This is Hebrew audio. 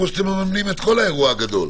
כמו שאתם מממנים את כל האירוע הגדול?